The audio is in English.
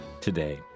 today